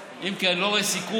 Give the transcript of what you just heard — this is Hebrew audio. שנה, אם כי אני לא רואה סיכוי,